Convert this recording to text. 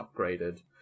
upgraded